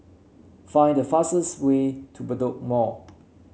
find the fastest way to Bedok Mall